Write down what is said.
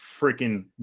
freaking